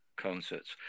concerts